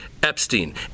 Epstein